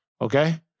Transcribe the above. Okay